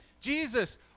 Jesus